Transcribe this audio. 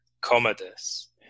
Commodus